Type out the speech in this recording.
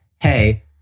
hey